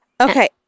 Okay